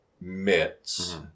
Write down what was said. mitts